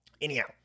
Anyhow